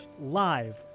live